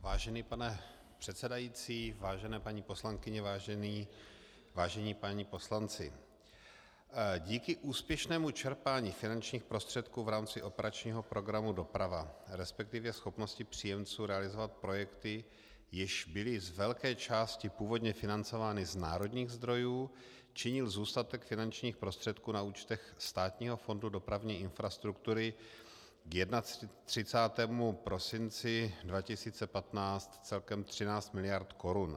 Vážený pane předsedající, vážené paní poslankyně, vážení páni poslanci, díky úspěšnému čerpání finančních prostředků v rámci operačního programu Doprava, resp. schopnosti příjemců realizovat projekty, jež byly z velké části původně financovány z národních zdrojů, činil zůstatek finančních prostředků na účtech Státního fondu dopravní infrastruktury k 31. prosinci 2015 celkem 13 miliard korun.